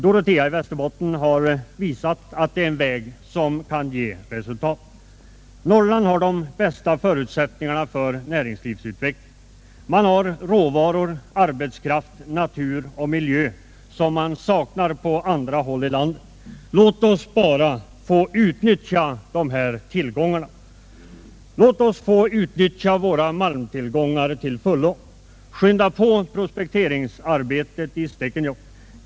Dorotea i Västerbotten har visat att det är en väg som kan ge resultat. Norrland har de bästa förutsättningar för näringslivets utveckling. Där finns råvaror, arbetskraft, natur och miljö, vilket saknas på många andra håll i landet. Låt oss bara få utnyttja tillgångarna! Låt oss till fullo få utnyttja våra malmtillgångar! Skynda på prospekteringsarbetet i Stekenjokk!